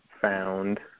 found